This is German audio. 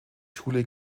schule